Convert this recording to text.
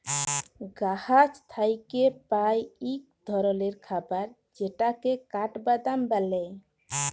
গাহাচ থ্যাইকে পাই ইক ধরলের খাবার যেটকে কাঠবাদাম ব্যলে